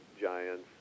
giants